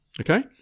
Okay